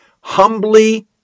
Humbly